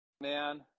man